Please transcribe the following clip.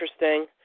interesting